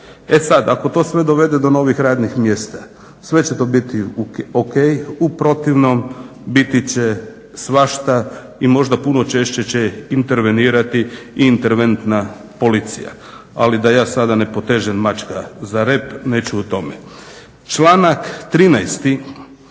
E sad, ako to sve dovede do novih radnih mjesta sve će to biti ok, u protivnom biti će svašta i možda puno češće će intervenirati Interventna policija. Ali da ja sada ne potežem mačka za rep, neću o tome. Članak 13.